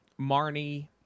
Marnie